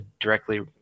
directly